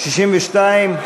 62?